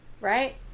right